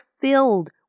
filled